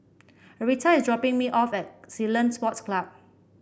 Arietta is dropping me off at Ceylon Sports Club